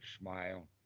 smile